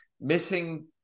missing